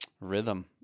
rhythm